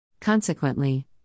Consequently